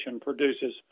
produces